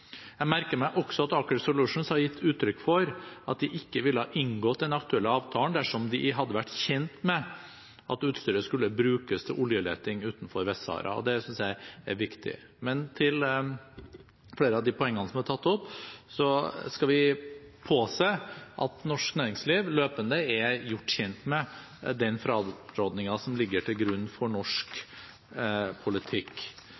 Jeg merker meg også at Aker Solutions har gitt uttrykk for at de ikke ville ha inngått den aktuelle avtalen dersom de hadde vært kjent med at utstyret skulle brukes til oljeleting utenfor Vest-Sahara. Det synes jeg er viktig. Til flere av de poengene som er tatt opp, skal vi påse at norsk næringsliv løpende er gjort kjent med den frarådingen som ligger til grunn for